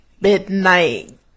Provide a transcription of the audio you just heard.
midnight